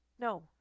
No